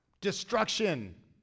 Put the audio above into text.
Destruction